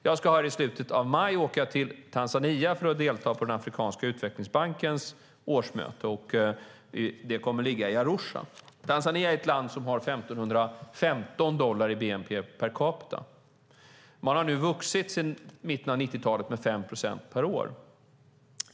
Jag ska i slutet av maj åka till Tanzania för att delta i den afrikanska utvecklingsbankens årsmöte i Arusha. Tanzania är ett land som har 15 dollar i bnp per capita. Det har vuxit med 5 procent per år sedan mitten av 90-talet.